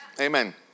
Amen